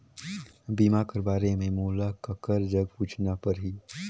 बीमा कर बारे मे मोला ककर जग पूछना परही?